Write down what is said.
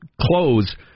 clothes